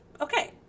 Okay